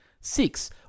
Six